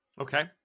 Okay